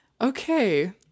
Okay